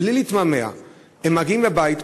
בלי להתמהמה הם מגיעים לבית,